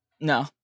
no